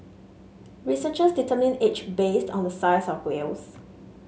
researchers determine age based on the size of whales